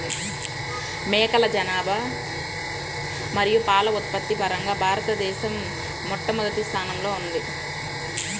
మేకల జనాభా మరియు పాల ఉత్పత్తి పరంగా భారతదేశం మొదటి స్థానంలో ఉంది